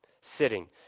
sitting